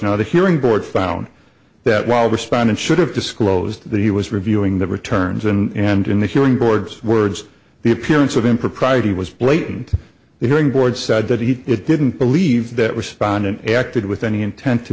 now the hearing board found that while respondent should i disclosed that he was reviewing the returns and in the hearing board's words the appearance of impropriety was late and the hearing board said that he didn't believe that respondent acted with any intent to